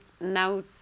now